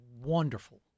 wonderful